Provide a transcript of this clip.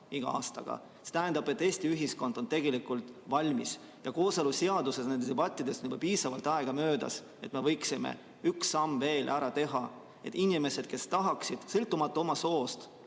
iga aastaga. See tähendab, et Eesti ühiskond on tegelikult valmis. Kooseluseaduse debattidest on juba piisavalt aega möödas, et me võiksime ühe sammu veel ära teha, et inimesed, kes tahaksid sõltumata oma soost